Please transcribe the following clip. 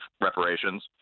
reparations